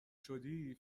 شدی